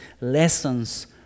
lessons